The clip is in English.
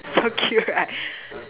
so cute right